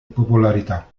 popolarità